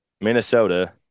Minnesota